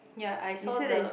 ya I saw the